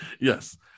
Yes